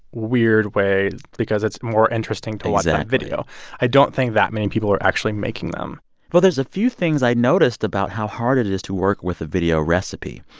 weird way because it's more interesting to watch that video exactly i don't think that many people are actually making them well, there's a few things i noticed about how hard it it is to work with a video recipe.